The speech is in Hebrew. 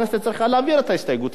הכנסת צריכה להעביר את ההסתייגות,